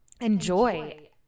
enjoy